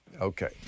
Okay